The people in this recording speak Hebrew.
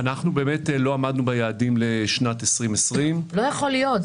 אנחנו באמת לא עמדנו ביעדים לשנת 2020. לא יכול להיות.